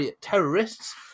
terrorists